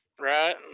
Right